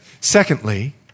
Secondly